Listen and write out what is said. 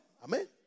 Amen